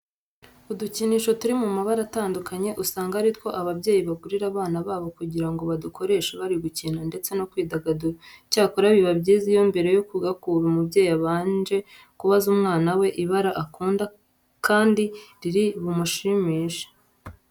Udukinisho turi mu mabara atandukanye usanga ari two ababyeyi bagurira abana babo kugira ngo badukoreshe bari gukina ndetse no kwidagadura. Icyakora biba byiza iyo mbere yo kukagura umubyeyi abanje kubaza umwana we ibara akunda kandi riri bumushimishe.